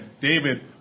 David